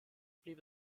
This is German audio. blieb